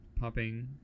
popping